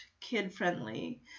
kid-friendly